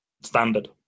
Standard